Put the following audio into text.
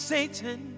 Satan